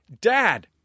Dad